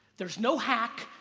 there's no hack,